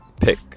pick